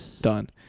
done